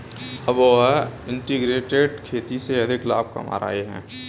अब वह इंटीग्रेटेड खेती से अधिक लाभ कमा रहे हैं